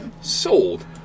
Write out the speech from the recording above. sold